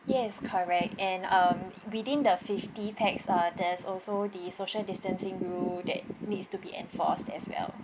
yes correct and um within the fifty pax uh there's also the social distancing rule that needs to be enforced as well